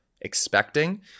expecting